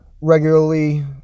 regularly